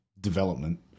development